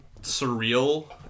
surreal